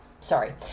Sorry